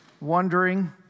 wondering